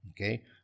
okay